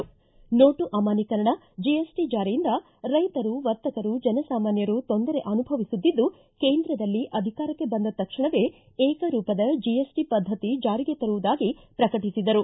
note ಅಮಾನ್ಯೀಕರಣ GST ಜಾರಿಯಿಂದ ರೈತರು ವರ್ತಕರು ಜನಸಾಮಾನ್ಗರು ತೊಂದರೆ ಅನುಭವಿಸುತ್ತಿದ್ದು ಕೇಂದ್ರದಲ್ಲಿ ಅಧಿಕಾರಕ್ಕೆ ಬಂದ ತಕ್ಷಣವೇ ಏಕರೂಪದ ಜಿಎಸ್ಟಿ ಪದ್ಧತಿ ಜಾರಿಗೆ ತರುವುದಾಗಿ ಪ್ರಕಟಿಸಿದರು